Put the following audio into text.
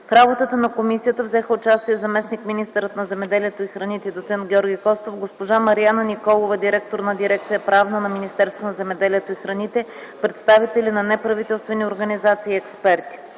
В работата на комисията взеха участие заместник-министърът на земеделието и храните доц. Георги Костов, госпожа Марияна Николова – директор на Дирекция „Правна” на Министерството на земеделието и храните, представители на неправителствени организации и експерти.